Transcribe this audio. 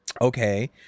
Okay